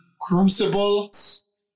crucibles